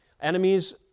enemies